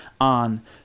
on